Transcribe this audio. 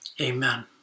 Amen